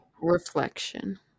Reflection